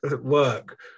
work